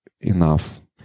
enough